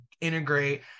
integrate